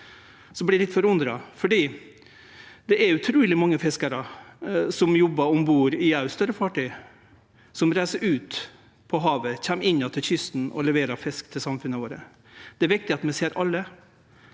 vert eg litt forundra, for det er òg utruleg mange fiskarar som jobbar om bord i større fartøy, som reiser ut på havet, kjem inn att til kysten og leverer fisk til samfunna våre. Det er viktig at vi ser alle.